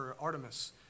Artemis